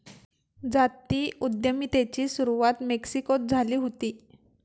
जाती उद्यमितेची सुरवात मेक्सिकोत झाली हुती